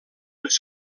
les